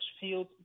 field